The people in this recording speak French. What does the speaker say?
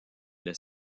les